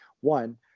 One